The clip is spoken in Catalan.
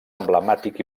emblemàtic